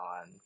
on